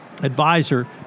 Advisor